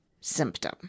symptom